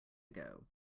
ago